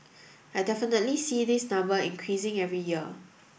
I definitely see this number increasing every year